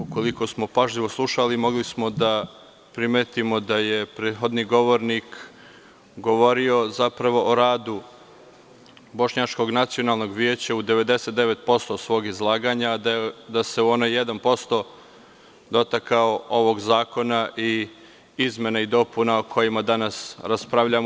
Ukoliko smo pažljivo slušali mogli smo da primetimo da je prethodni govornik govorio zapravo o radu Bošnjačkog nacionalnog veća u 99% svog izlaganja, a da se u onaj 1% dotakao ovog zakona i izmena i dopuna o kojima danas raspravljamo.